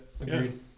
agreed